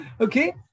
okay